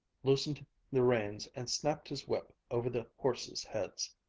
loosened the reins, and snapped his whip over the horses' heads.